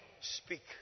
Speak